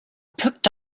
picked